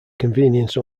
convenience